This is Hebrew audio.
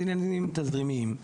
זה עניינים של תזרימים.